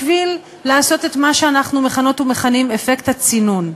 בשביל לעשות את מה שאנחנו מכנות ומכנים "אפקט הצינון".